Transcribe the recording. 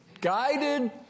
guided